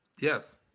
yes